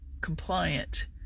compliant